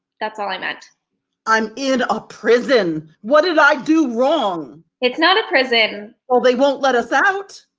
that's all i meant i'm in a prison. what did i do wrong? it's not a prison. well, they won't let us out.